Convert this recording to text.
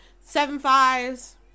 seven-fives